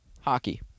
Hockey